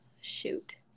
Shoot